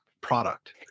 product